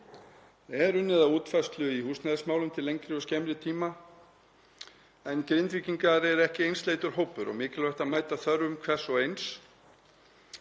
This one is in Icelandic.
Það er unnið að útfærslu í húsnæðismálum til lengri og skemmri tíma en Grindvíkingar eru ekki einsleitur hópur og mikilvægt að mæta þörfum hvers og eins.